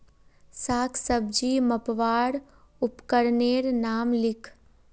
साग सब्जी मपवार उपकरनेर नाम लिख?